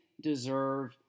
deserve